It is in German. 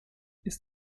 ist